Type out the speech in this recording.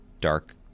dark